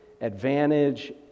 advantage